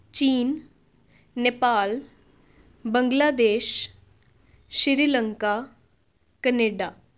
ਚੀਨ ਨੇਪਾਲ ਬੰਗਲਾਦੇਸ਼ ਸ਼੍ਰੀਲੰਕਾ ਕਨੇਡਾ